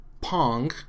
Pong